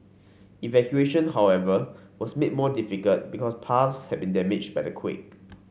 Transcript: evacuation however was made more difficult because paths had been damaged by the quake